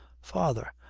father,